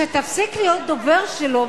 כשתפסיק להיות דובר שלו,